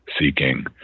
seeking